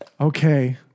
Okay